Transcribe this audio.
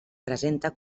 presenta